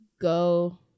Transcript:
go